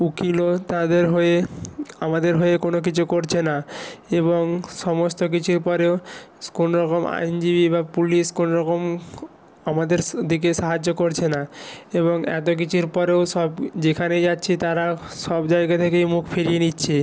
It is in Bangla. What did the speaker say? উকিলও তাদের হয়ে আমাদের হয়ে কোনো কিছু করছে না এবং সমস্ত কিছুর পরেও কোনো রকম আইনজীবী বা পুলিশ কোনো রকম আমাদের দিকে সাহায্য করছে না এবং এত কিছুর পরেও সব যেখানে যাচ্ছি তারা সব জায়গা থেকেই মুখ ফিরিয়ে নিচ্ছে